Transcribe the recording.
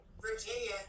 virginia